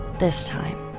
this time,